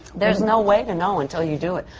there's no way to know until you do it,